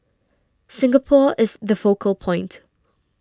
Singapore is the focal point